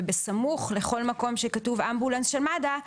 ובסמוך לכל מקום שבו כתוב "אמבולנס של מד"א",